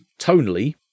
tonally